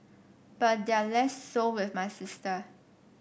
but they're less so with my sister